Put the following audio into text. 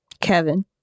Kevin